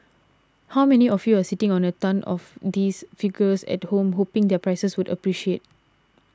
how many of you are sitting on a tonne of these figures at home hoping their prices would appreciate